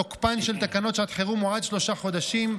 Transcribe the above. תוקפן של תקנות שעת חירום הוא עד שלושה חודשים,